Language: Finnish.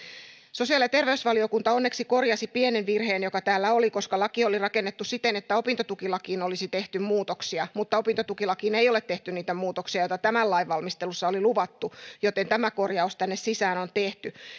sosiaali ja terveysvaliokunta onneksi korjasi pienen virheen joka täällä oli koska laki oli rakennettu siten että opintotukilakiin olisi tehty muutoksia mutta opintotukilakiin ei ole tehty niitä muutoksia joita tämän lain valmistelussa oli luvattu joten tämä korjaus tänne sisään on tehty